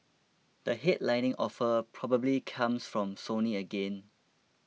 the headlining offer probably comes from Sony again